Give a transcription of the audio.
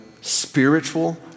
spiritual